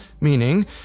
Meaning